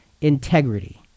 integrity